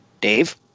Dave